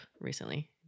recently